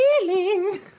feeling